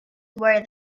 were